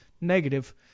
negative